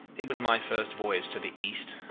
it was my first voyage to the east,